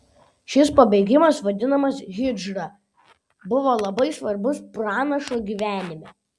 šis pabėgimas vadinamas hidžra buvo labai svarbus pranašo gyvenime